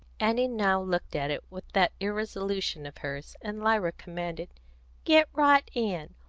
annie now looked at it with that irresolution of hers, and lyra commanded get right in.